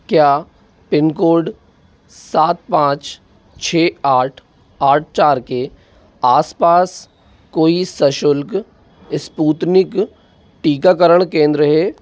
क्या pin code सात पाँच छः आठ आठ चार के आसपास कोई सशुल्क स्पुतनिक टीकाकरण केंद्र है